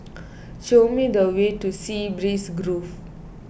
show me the way to Sea Breeze Grove